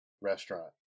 restaurant